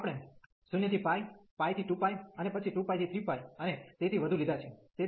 તેથી આપણે 0 થી π π થી 2π અને પછી 2π થી 3π અને તેથી વધુ લીધાં છે